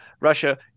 Russia